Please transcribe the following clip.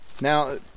Now